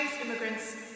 immigrants